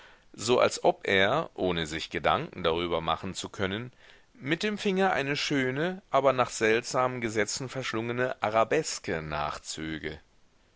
so als ob er ohne sich gedanken darüber machen zu können mit dem finger eine schöne aber nach seltsamen gesetzen verschlungene arabeske nachzöge